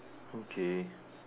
okay